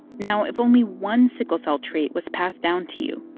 now, if only one sickle cell trait was passed down to you,